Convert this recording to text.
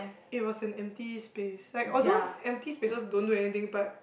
it was an empty space like although empty spaces don't do anything but